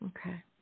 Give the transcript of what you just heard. Okay